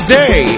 day